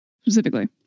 specifically